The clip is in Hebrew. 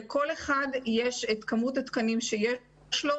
לכל אחת יש את כמות התקנים שיש לה.